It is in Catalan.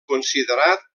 considerat